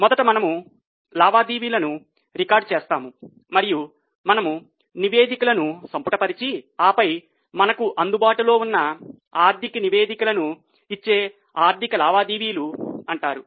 మొదట మనము లావాదేవీలను రికార్డ్ చేస్తాము మరియు మనము నివేదికలను సంపుటి పరిచి ఆపై మనకు అందుబాటులో ఉన్న ఆర్థిక నివేదికలను ఇచ్చే ఆర్థిక లావాదేవీలు అంటారు